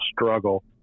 struggle